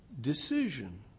decision